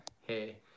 hey